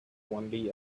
only